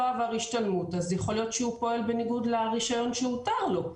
עבר השתלמות אז יכול להיות שהוא פועל בניגוד לרישיון שהותר לו.